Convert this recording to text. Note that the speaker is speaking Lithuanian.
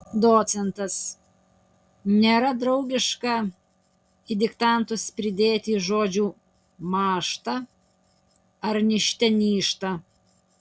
docentas nėra draugiška į diktantus pridėti žodžių mąžta ar nižte nyžta